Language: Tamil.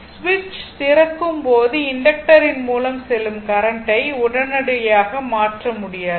சுவிட்ச் திறக்கும் போது இண்டக்டரின் மூலம் செல்லும் கரண்டை உடனடியாக மாற்ற முடியாது